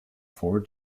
four